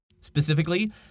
Specifically